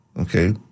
okay